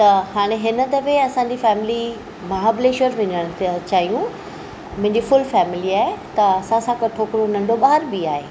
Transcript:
त हाणे हिन दफ़े असांजी फैमिली महाबलेश्वर वञणु तियां चाहियूं मुंहिंजी फुल फैमिली आहे त असां सां गॾु हिकिड़ो नंढो ॿार बि आहे